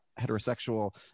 heterosexual